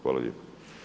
Hvala lijepo.